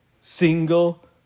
single